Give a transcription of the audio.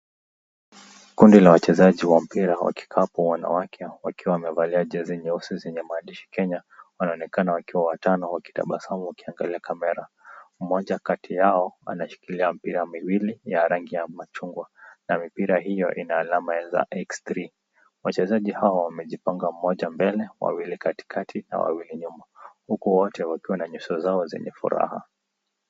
Kundi la wachezaji wa mpira wa kikapu wa wanawake wakiwa wamevalia jezi nyeusi zenye maandishi Kenya, wanaonekana wakiwa watano wakitabasamu wakiangalia kamera. Mmoja kati yao anashikilia mipira miwili ya rangi ya machungwa na mipira hiyo ina alama za x3 . Wachezaji hawa wamejipanga mmoja mbele, wawili katikati na wawili nyuma. Huku wote wakiwa na nyuso zao zenye furaha.